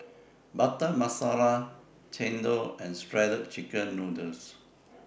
Butter Masala Chendol and Shredded Chicken Noodles